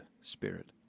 Spirit